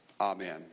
amen